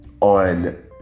on